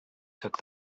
took